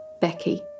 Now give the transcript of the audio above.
Becky